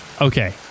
Okay